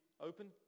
open